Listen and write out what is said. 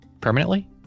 permanently